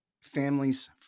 families